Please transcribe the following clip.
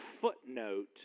footnote